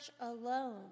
alone